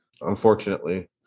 Unfortunately